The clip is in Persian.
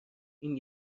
این